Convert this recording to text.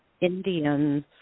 Indians